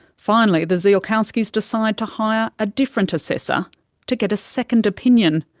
finally the ziolkowski's decide to hire a different assessor to get a second opinion.